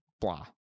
blah